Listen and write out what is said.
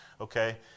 okay